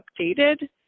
updated